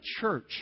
church